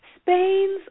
Spain's